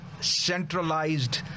centralized